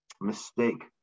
mistake